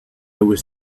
was